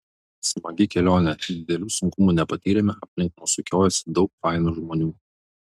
smagi kelionė didelių sunkumų nepatyrėme aplink mus sukiojosi daug fainų žmonių